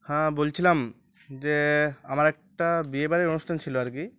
হ্যাঁ বলছিলাম যে আমার একটা বিয়েবাড়ির অনুষ্ঠান ছিলো আর কি